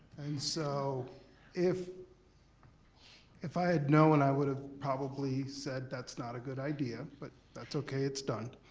so if if i had known i would've probably said that's not a good idea, but that's okay it's done.